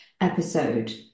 episode